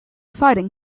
fighting